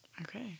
Okay